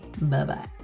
Bye-bye